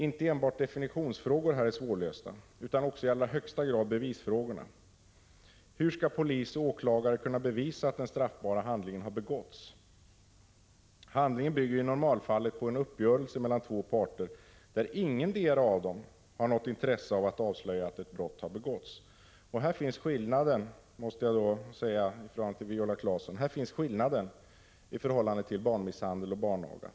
Inte enbart definitionsfrågorna är svårlösta, utan också i allra högsta grad 127 Prot. 1985/86:130 bevisfrågorna. Hur skall polis och åklagare kunna bevisa att den straffbara handlingen har begåtts. Handlingen bygger i normalfallet på en uppgörelse mellan två parter, där ingendera har något intresse av att avslöja att ett brott har begåtts. Här ligger skillnaden, vill jag säga till Viola Claesson, i förhållande till barnmisshandel eller barnaga.